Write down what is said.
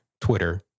Twitter